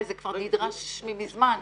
זה כבר נדרש ממזמן.